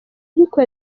ariko